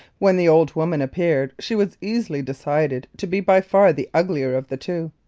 when the old woman appeared she was easily decided to be by far the uglier of the two.